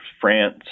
France